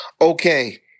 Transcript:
Okay